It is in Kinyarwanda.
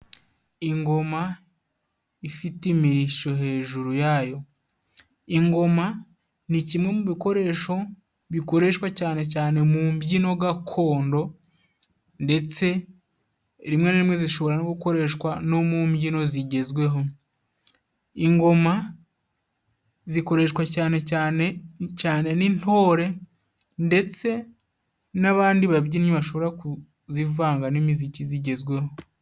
ingoma ifite imirisho hejuru yayo. Ingoma ni kimwe mu bikoresho bikoreshwa cyane cyane mu mbyino gakondo ndetse rimwe na rimwe zishobora no gukoreshwa no mu mbyino zigezweho. Ingoma zikoreshwa cyane cyane cyane n'intore ndetse n'abandi babyinnyi bashobora kuzivanga n'imiziki zigezweho.